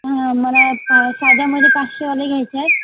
मला प साध्यामध्ये पाचशेवाल्या घ्यायच्या आहेत